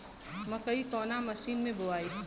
मकई कवना महीना मे बोआइ?